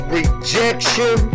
rejection